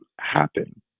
happen